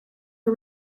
her